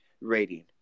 rating